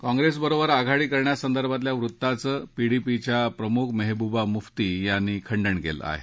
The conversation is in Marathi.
काँप्रेसबरोबर आघाडी करण्यासंदर्भातल्या वृत्ताचं पीडीपीच्या प्रमुख मेहबुबा मुफ्ती यांनी खंडन केलं आहे